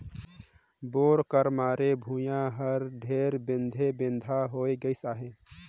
bore कर मारे भुईया तक हर ढेरे बेधे बेंधा होए गइस अहे